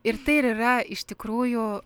ir tai ir yra iš tikrųjų